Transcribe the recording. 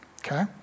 okay